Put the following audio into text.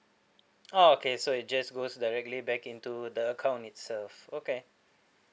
oh okay so it just goes directly back into the account itself okay